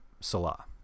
Salah